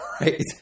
Right